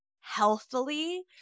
healthily